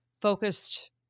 focused